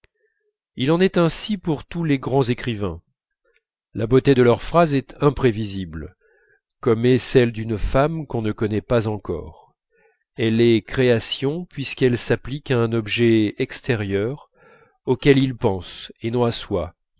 il en est ainsi pour tous les grands écrivains la beauté de leurs phrases est imprévisible comme est celle d'une femme qu'on ne connaît pas encore elle est création puisqu'elle s'applique à un objet extérieur auquel ils pensent et non à soi